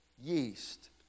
yeast